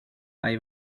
hay